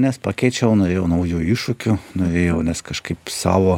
nes pakeičiau norėjau naujų iššūkių norėjau nes kažkaip savo